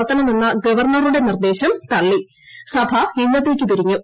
നടത്തണമെന്ന ഗവർണറുടെ ന്റിർദ്ദേശം തള്ളി സഭ ഇന്നത്തേയ്ക്ക് പിരിഞ്ഞു